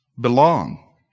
Belong